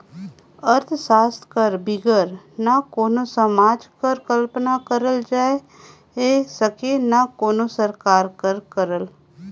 अर्थसास्त्र कर बिगर ना कोनो समाज कर कल्पना करल जाए सके ना कोनो सरकार कर